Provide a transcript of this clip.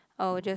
I'll just